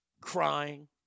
Crying